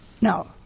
no